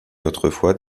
autrefois